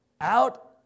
out